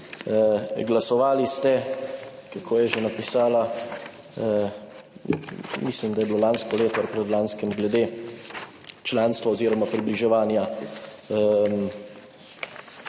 glasovali ste - kako je že napisala? - mislim, da je bilo lansko leto, pred lanskim glede članstva oziroma približevanja,